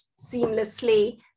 seamlessly